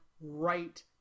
right